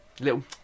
little